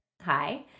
hi